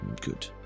Good